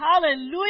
hallelujah